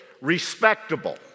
respectable